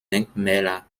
denkmäler